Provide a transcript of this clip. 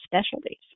specialties